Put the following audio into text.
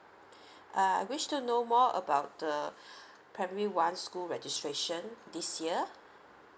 uh I wish to know more about the primary one school registration this year